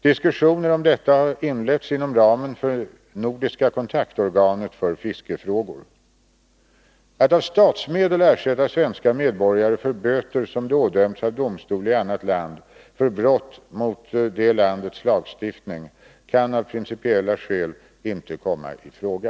Diskussioner om detta har inletts inom ramen för Nordiska kontaktorganet för fiskefrågor. Att av statsmedel ersätta svenska medborgare för böter som de ådömts av domstol i annat land för brott mot det landets lagstiftning kan av principiella skäl inte komma i fråga.